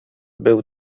był